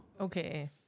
Okay